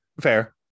Fair